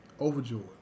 Overjoyed